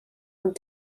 ond